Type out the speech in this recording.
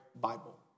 Bible